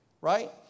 right